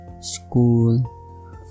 school